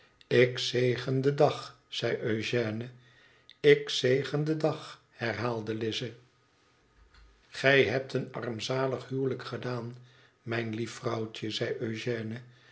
ik zegen den dag zei'eugène ik zegen den dag herhaalde lize gij hebt een armzalig huwelijk gedaan mijn lief vrouwtje zei